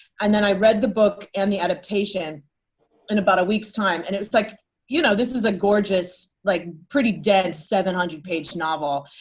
and then i read the book and the adaptation in about a week's time. and it was like you know, this is a gorgeous, like, pretty dense seven hundred page novel,